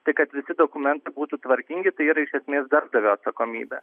tai kad visi dokumentai būtų tvarkingi tai yra iš esmės darbdavio atsakomybė